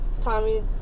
Tommy